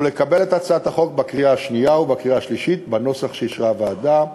ולקבל את הצעת החוק בקריאה שנייה ובקריאה שלישית בנוסח שאישרה הוועדה.